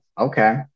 Okay